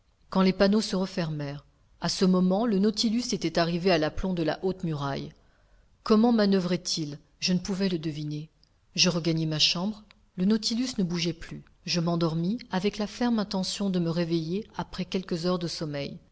quand les panneaux se refermèrent a ce moment le nautilus était arrivé à l'aplomb de la haute muraille comment manoeuvrerait il je ne pouvais le deviner je regagnai ma chambre le nautilus ne bougeait plus je m'endormis avec la ferme intention de me réveiller après quelques heures de sommeil